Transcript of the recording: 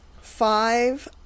five